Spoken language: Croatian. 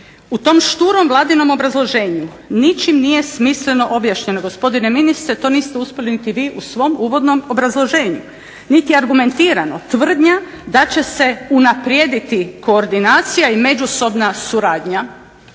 U tom šturom Vladinom obrazloženju ničim nije smisleno objašnjeno gospodine ministre, to niste uspjeli niti u svom uvodnom obrazloženju niti argumentirano tvrdnja da će se unaprijediti koordinacija i međusobna suradnja,